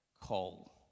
call